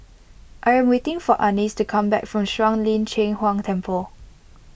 I am waiting for Annis to come back from Shuang Lin Cheng Huang Temple